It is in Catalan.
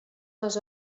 les